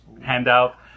Handout